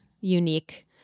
unique